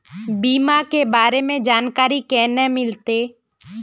बीमा के बारे में जानकारी केना मिलते?